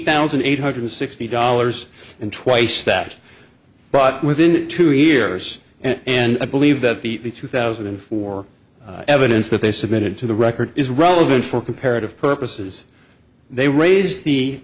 thousand eight hundred sixty dollars and twice that brought within two years and i believe that the two thousand and four evidence that they submitted to the record is relevant for comparative purposes they raise the